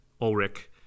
Ulrich